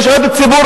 יש עוד ציבור,